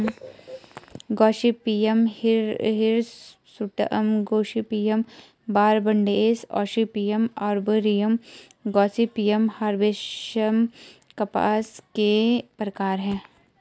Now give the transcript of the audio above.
Gossypium hirsutum, Gossypium barbadense, Gossypium arboreum, Gossypium herbaceum कपास के प्रकार है